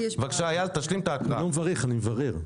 אני לא מברך, אני מברר.